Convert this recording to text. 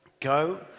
Go